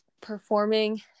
performing